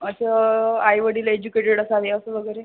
असं आईवडिल एज्युकेटेड असावे असं वगैरे